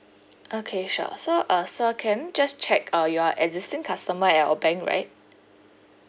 okay sure so uh sir can I just check uh you are existing customer at our bank right